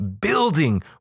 building